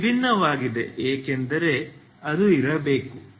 ಇದು ವಿಭಿನ್ನವಾಗಿದೆ ಏಕೆಂದರೆ ಅದು ಇರಬೇಕು